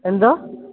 എന്തോ